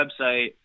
website